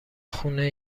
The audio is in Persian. خونه